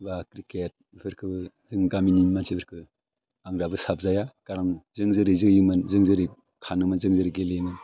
बा क्रिकेट बेफोरखौ जों गामिनि मानसिफोरखौ आं दाबो साबजाया कारन जों जेरै जोयोमोन जों जेरै खानोमोन जों जेरै गेलेयोमोन